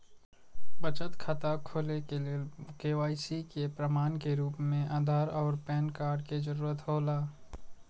बचत खाता खोले के लेल के.वाइ.सी के प्रमाण के रूप में आधार और पैन कार्ड के जरूरत हौला